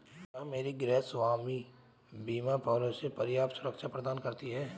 क्या मेरी गृहस्वामी बीमा पॉलिसी पर्याप्त सुरक्षा प्रदान करती है?